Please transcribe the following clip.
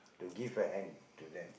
to give a hand to them